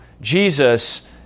Jesus